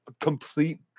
complete